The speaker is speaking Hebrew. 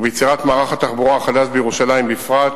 וביצירת מערך התחבורה החדש בירושלים בפרט,